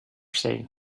sale